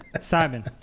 Simon